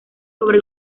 sobre